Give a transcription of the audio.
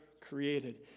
created